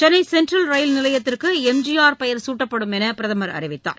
Chennai Central rail நிலையத்திற்குளம்ஜிஆர் பெயர் சூட்டப்படும் என்றுபிரதமர் அறிவித்தார்